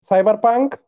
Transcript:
Cyberpunk